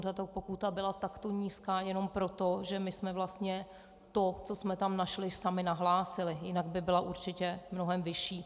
Tato pokuta byla takto nízká jenom proto, že my jsme vlastně to, co jsme tam našli, sami nahlásili, jinak by byla určitě mnohem vyšší.